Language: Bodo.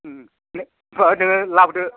नोङो लाबोदो